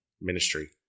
ministry